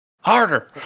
harder